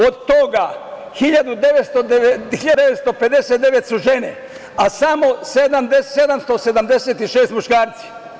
Od toga, 1.959 su žene, a samo 776 su muškarci.